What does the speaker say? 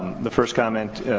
the first comment